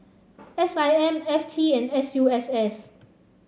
S I M F T and S U S S